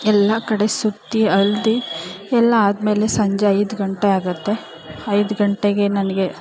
ಎಲ್ಲ ಕಡೆ ಸುತ್ತಿ ಅಲ್ದು ಎಲ್ಲ ಆದಮೇಲೆ ಸಂಜೆ ಐದು ಗಂಟೆ ಆಗುತ್ತೆ ಐದು ಗಂಟೆಗೆ ನನಗೆ